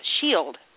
shield